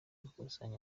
gukusanya